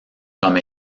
comme